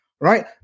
right